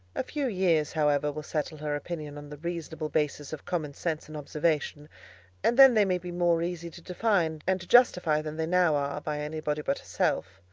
a few years however will settle her opinions on the reasonable basis of common sense and observation and then they may be more easy to define and to justify than they now are, by any body but herself.